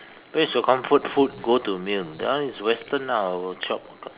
where's your comfort food go to meal that one is western ah our chop